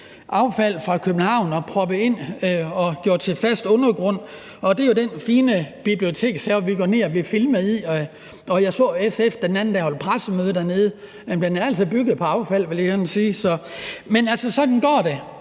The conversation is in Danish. affald fra København og proppede ind og gjorde til fast undergrund, og det er jo den fine Bibliotekshave, vi går ned og bliver filmet i. Jeg så, at SF den anden dag holdt pressemøde dernede. Men den er altså bygget på affald, vil jeg gerne sige. Men sådan går det,